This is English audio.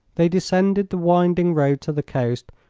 they descended the winding road to the coast,